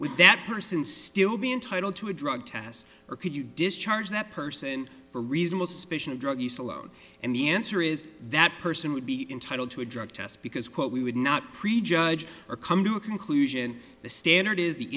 with that person still be entitled to a drug test or could you discharge that person for reasonable suspicion of drug use alone and the answer is that person would be entitled to a drug test because quote we would not prejudge or come to a conclusion the standard is the